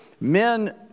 men